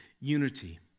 unity